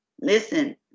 listen